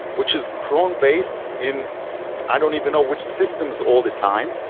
which is cron-based in i don't even know which systems all the time,